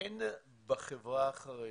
אין בחברה החרדית.